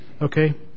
Okay